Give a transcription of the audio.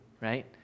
right